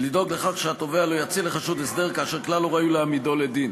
לדאוג לכך שהתובע לא יציע לחשוד הסדר כאשר כלל לא ראוי להעמידו לדין.